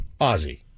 Ozzy